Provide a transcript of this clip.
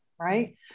right